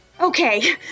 Okay